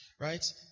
right